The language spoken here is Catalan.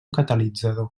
catalitzador